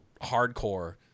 hardcore